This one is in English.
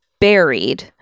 buried